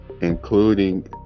including